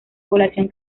población